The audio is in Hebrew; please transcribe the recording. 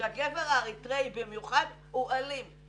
שהגבר האריתראי במיוחד הוא אלים.